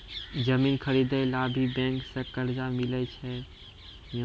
जमीन खरीदे ला भी बैंक से कर्जा मिले छै यो?